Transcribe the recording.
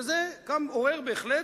וזה עורר, בהחלט,